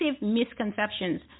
misconceptions